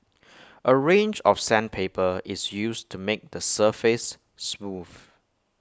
A range of sandpaper is used to make the surface smooth